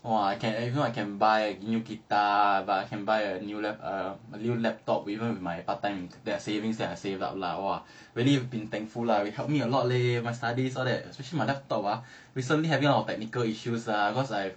!wah! I can you know I can buy I can buy a new guitar buy I can buy err a new laptop even with my part time that savings that I save up lah !wah! really been thankful lah !wah! helped me a lot leh my studies especially my laptop ah recently have a lot of technical issues lah cause I